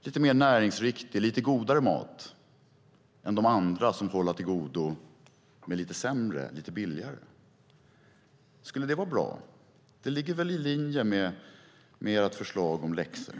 lite mer näringsriktig och godare mat, än de andra som får hålla till godo med lite sämre och billigare. Skulle det vara bra? Det ligger väl i linje med ert förslag om läxor.